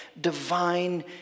divine